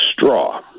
straw